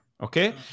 Okay